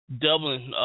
Dublin